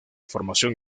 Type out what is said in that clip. formación